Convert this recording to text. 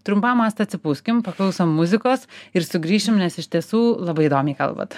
trumpam asta atsipūskim paklausom muzikos ir sugrįšim nes iš tiesų labai įdomiai kalbat